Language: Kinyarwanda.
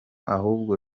ahubwo